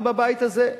גם בבית הזה,